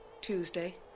Tuesday